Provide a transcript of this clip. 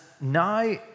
now